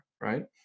right